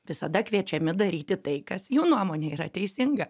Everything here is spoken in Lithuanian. visada kviečiami daryti tai kas jų nuomone yra teisinga